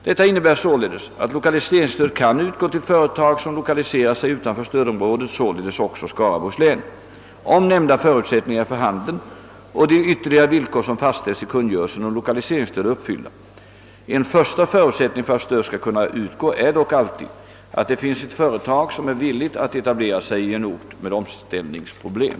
Detta innebär således att lokaliseringsstöd kan utgå till företag som lokaliserar sig utanför stödområdet, således också Skaraborgs län, om nämnda förutsättningar är för handen och de ytterligare villkor som fastställts i kungörelsen om lokaliseringsstöd är uppfyllda. En första förutsättning för att stöd skall kunna utgå är dock alltid att det finns ett företag, som är villigt att etablera sig i en ort med omställningsproblem.